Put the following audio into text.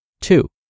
Two